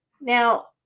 Now